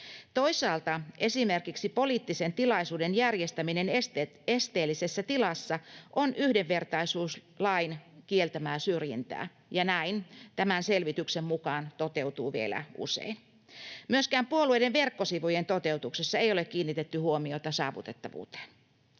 Toisaalta esimerkiksi poliittisen tilaisuuden järjestäminen esteellisessä tilassa on yhdenvertaisuuslain kieltämää syrjintää, ja näin tämän selvityksen mukaan käy vielä usein. Myöskään puolueiden verkkosivujen toteutuksessa ei ole kiinnitetty huomiota saavutettavuuteen.